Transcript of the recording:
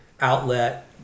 outlet